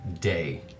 day